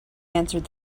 answered